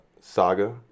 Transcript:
saga